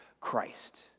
Christ